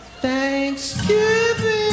Thanksgiving